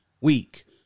week